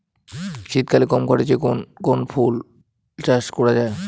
শীতকালে কম খরচে কোন কোন ফুল চাষ করা য়ায়?